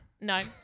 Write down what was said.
No